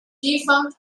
defunct